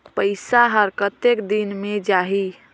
पइसा हर कतेक दिन मे जाही?